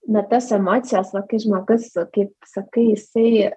na tas emocijas kai žmogus kaip sakai jisai